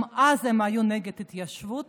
גם אז הם היו נגד ההתיישבות,